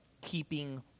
keeping